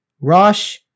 Rosh